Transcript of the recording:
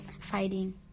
fighting